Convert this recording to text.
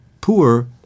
poor